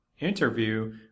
Interview